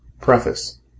Preface